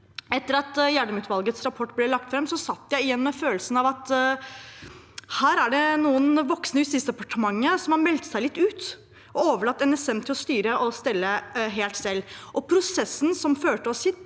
Etter at Gjedrem-utvalgets rapport ble lagt fram, satt jeg igjen med følelsen av at her er det noen voksne i Justisdepartementet som har meldt seg litt ut og overlatt NSM til å styre og stelle helt selv. Prosessen som har ført oss hit,